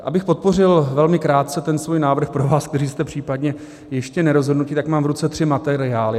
Abych podpořil velmi krátce svůj návrh pro vás, kteří jste případně ještě nerozhodnutí, tak mám v ruce tři materiály.